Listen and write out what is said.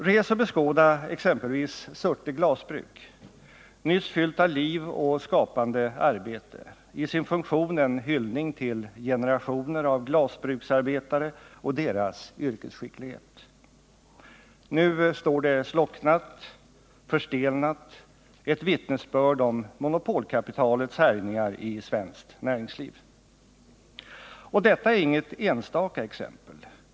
Res och beskåda exempelvis Surte glasbruk, nyss fyllt av liv och skapande arbete, i sin funktion en hyllning till generationer av glasbruksarbetare och deras yrkesskicklighet! Nu står det slocknat, förstelnat, ett vittnesbörd om monopolkapitalets härjningar i svenskt näringsliv. Detta är inget enstaka exempel.